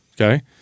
Okay